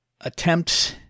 attempts